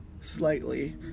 slightly